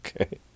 Okay